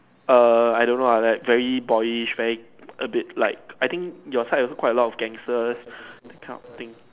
err I don't know ah like very boyish very a bit like I think your side also quite a lot of gangsters that kind of thing